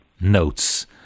notes